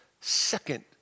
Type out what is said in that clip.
second